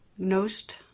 Nost